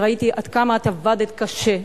ראיתי עד כמה את עבדת קשה,